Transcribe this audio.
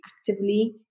actively